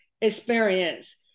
experience